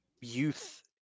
Youth